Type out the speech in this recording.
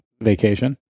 vacation